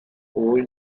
oil